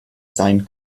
sein